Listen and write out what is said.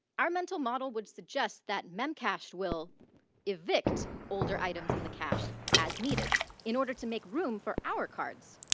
our mental model would suggest that memcache will evict older items in the cache as needed in order to make room for our cards.